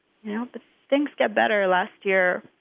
you know but things get better. last year,